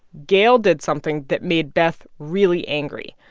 gayle did something that made beth really angry.